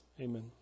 Amen